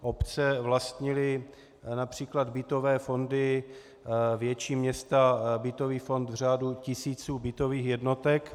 Obce vlastnily například bytové fondy, větší města bytový fond v řádu tisíců bytových jednotek.